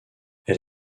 elle